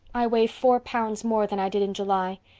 i weigh four pounds more than i did in july.